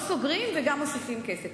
לא סוגרים, וגם מוסיפים כסף.